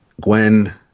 Gwen